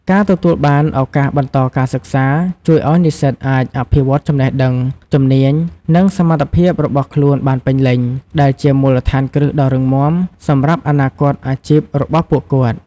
ការទទួលបាន ឱកាសបន្តការសិក្សា ជួយឲ្យនិស្សិតអាច អភិវឌ្ឍន៍ចំណេះដឹង ជំនាញ និង សមត្ថភាពរបស់ខ្លួនបានពេញលេញ ដែលជា មូលដ្ឋានគ្រឹះដ៏រឹងមាំ សម្រាប់ អនាគតអាជីព របស់ពួកគាត់។